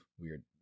weird